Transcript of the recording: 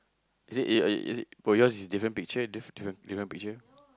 is it a a is it for yours is different picture different different picture